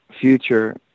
future